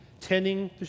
tending